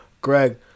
Greg